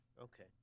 Okay